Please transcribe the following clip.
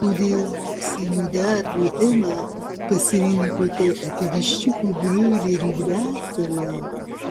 kodėl mokslinio darbo temą pasirinkote apie viščiukų broilerių lesalą